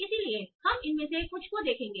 इसलिए हम इनमें से कुछ को देखेंगे